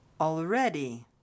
Already